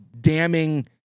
damning